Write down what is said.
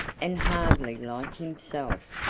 and hardly like himself.